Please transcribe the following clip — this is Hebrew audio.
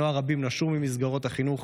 בני נוער רבים נשרו ממסגרות החינוך,